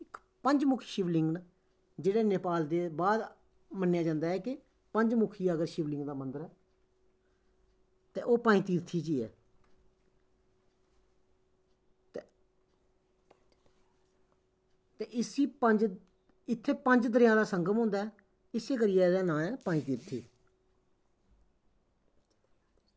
इक पंज मुखी शिवलिंग न जेह्ड़े नेपाल दे बाद मन्नेआ जंदा ऐ के पंज मुखी अगर शिवलिंग दा मन्दर ऐ ते ओह् पंजतीर्थी च गै ते इसी पंज इत्थें पंज दरिया दा संगम होंदा ऐ इस्सै करियै एह्दा नांऽ ऐ पंज तीर्थी